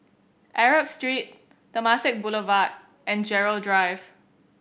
Arab Street Temasek Boulevard and Gerald Drive